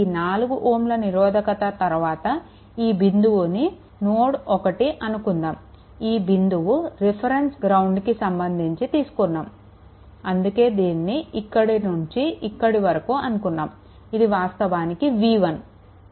ఈ 4 Ω నిరోధకత తరువాత ఈ బిందువుని నోడ్1 అనుకుందాము ఈ బిందువు రిఫరెన్స్ గ్రౌండ్కి సంబంధించి తీసుకున్నాము అందుకే దీనిని ఇక్కడ నుంచి ఇక్కడ వరకు అన్నాము ఇది వాస్తవానికి v1